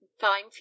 fine